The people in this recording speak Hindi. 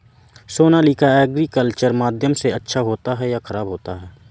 सोनालिका एग्रीकल्चर माध्यम से अच्छा होता है या ख़राब होता है?